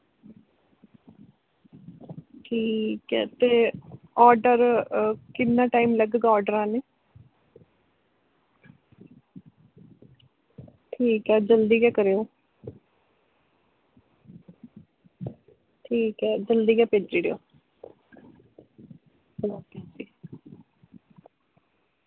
ठीक ऐ ते आर्डर किन्ना टाईम लग्गा आर्डर आने गी ठीक ऐ जल्दी गै करेओ ठीक ऐ जल्दी गै भेज्जी ओड़ेओ